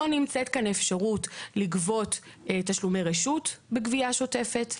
לא נמצאת כאן אפשרות לגבות תשלומי רשות בגבייה שוטפת - כמובן,